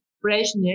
freshness